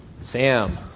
Sam